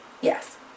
yes